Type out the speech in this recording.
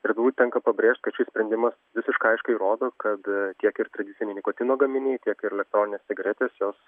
ir turbūt tenka pabrėžt kad šis sprendimas visiškai aiškiai rodo kad kiek ir tradiciniai nikotino gaminiai tiek ir elektroninės cigaretės jos